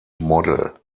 model